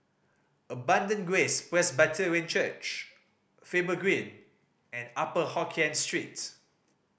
Abundant Grace Presbyterian Church Faber Green and Upper Hokkien Street